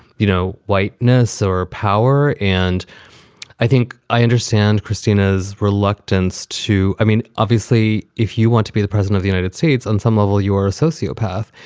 you know, whiteness or power. and i think i understand christina's reluctance to i mean, obviously, if you want to be the president of the united states on some level, you are a sociopath.